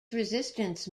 resistance